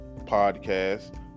podcast